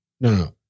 no